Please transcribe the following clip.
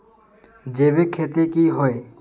जैविक खेती की होय?